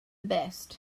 best